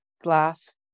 glass